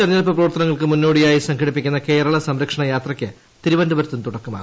തെരഞ്ഞെടുപ്പ് പ്രവർത്തനങ്ങൾക്ക് മുന്നോടിയായി സംഘടിപ്പിക്കുന്ന കേരള സംരക്ഷണ യാത്രയ്ക്ക് തിരുവനന്തപുരത്ത് തുടക്കമായി